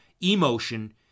emotion